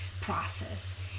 process